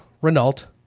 Renault